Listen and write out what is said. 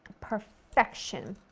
perfection!